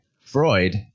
Freud